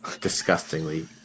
Disgustingly